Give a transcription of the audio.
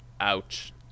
Ouch